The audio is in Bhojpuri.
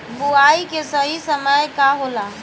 बुआई के सही समय का होला?